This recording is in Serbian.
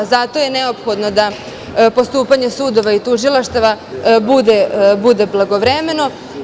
Zato je neophodno da postupanje sudova i tužilaštava bude blagovremeno.